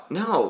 no